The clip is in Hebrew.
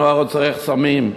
הנוער הצורך סמים,